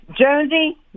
Jonesy